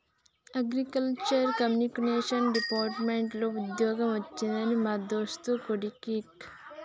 agriculture communication department లో వుద్యోగం వచ్చింది మా దోస్తు కొడిక్కి